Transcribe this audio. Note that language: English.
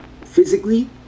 physically